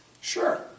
sure